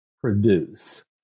produce